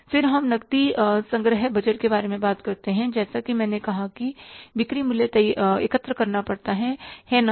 फिर हम नकदी संग्रह बजट के बारे में बात करते हैं जैसा कि मैंने कहा कि बिक्री मूल्य एकत्र करना पड़ता है है ना